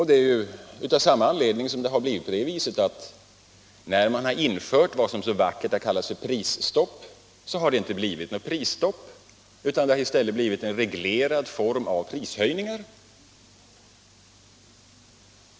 Det är av samma anledning som det som så vackert kallas för prisstopp inte har blivit ett sådant utan i stället en reglerad form av prishöjningar.